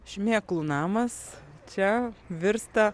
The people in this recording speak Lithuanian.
šmėklų namas čia virsta